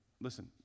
Listen